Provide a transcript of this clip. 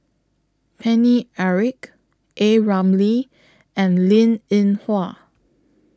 Paine Eric A Ramli and Linn in Hua